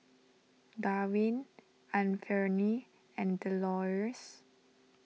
Dwain Anfernee and Delores